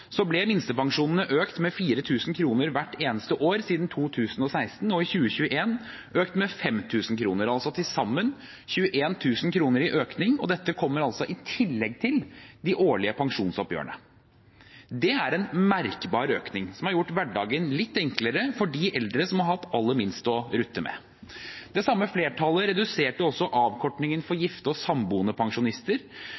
ble minstepensjonene økt med 4 000 kr hvert eneste år siden 2016, og i 2021 økt med 5 000 kr, altså til sammen 21 000 kr i økning, og dette kommer altså i tillegg til de årlige pensjonsoppgjørene. Det er en merkbar økning, som har gjort hverdagen litt enklere for de eldre som har hatt aller minst å rutte med. Det samme flertallet reduserte også avkortingen for